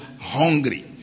hungry